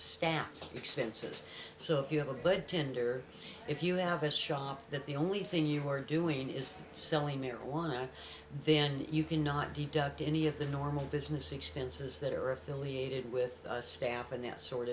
staff expenses so if you have a good tender if you have a shop that the only thing you are doing is selling marijuana then you cannot deduct any of the normal business expenses that are affiliated with staff and that sort